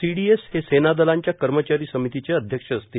CDS हे सेनादलांच्या कर्मचारी समितीचे अध्यक्ष असतील